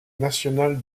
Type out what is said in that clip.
national